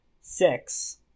six